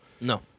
No